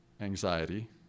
anxiety